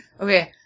okay